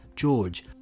George